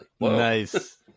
Nice